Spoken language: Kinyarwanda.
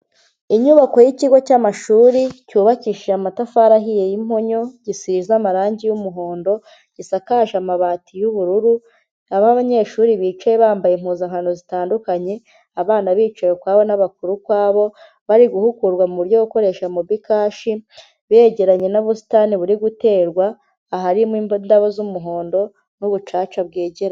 Inyubako y'ikigo cy'amashuri cyubakishije amatafari ahiye y'imponyo, gisize amarangi y'umuhondo. Gisakaje amabati y'ubururu. Aba abanyeshuri bicaye bambaye impuzankano zitandukanye. Abana bicaye ukwabo, n'abakuru kwabo. Bari guhugurwa mu buryo bwo gukoresha mobi cash. Begeranye n'ubusitani buri guterwa, aharimo indabo z'umuhondo n'ubucaca bwegeranye.